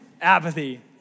Apathy